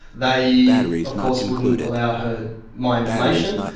they of course wouldn't allow her my information.